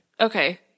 Okay